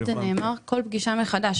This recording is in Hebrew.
פשוט זה נאמר כל פגישה מחדש.